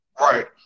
Right